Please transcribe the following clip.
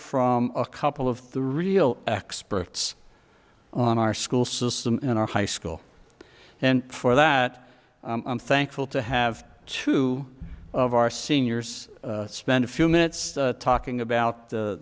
from a couple of the real experts on our school system and our high school and for that i'm thankful to have two of our seniors spend a few minutes talking about the